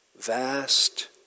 vast